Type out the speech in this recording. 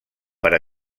per